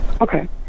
Okay